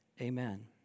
amen